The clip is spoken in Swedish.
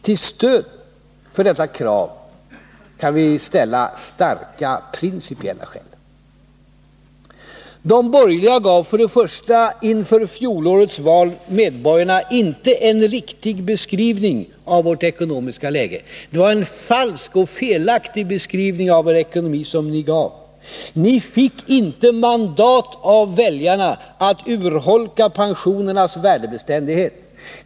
Till stöd för detta krav kan vi anföra starka principiella skäl. De borgerliga gav inför fjolårets val inte medborgarna en riktig beskrivning av vårt ekonomiska läge — det var en falsk och felaktig beskrivning av vår ekonomi som ni gav. Ni fick inte mandat av väljarna att urholka pensionernas värdebeständighet.